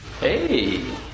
Hey